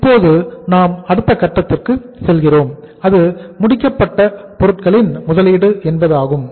இப்போது நாம் அடுத்த கட்டத்துக்கு செல்கிறோம் அது முடிக்கப்பட்ட பொருட்களின் முதலீடு என்பதாகும்